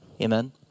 Amen